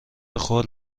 خود